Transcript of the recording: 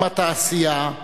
עם התעשייה,